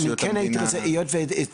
אני כן הייתי רוצה וזאת היות וייחסת